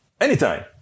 Anytime